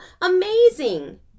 amazing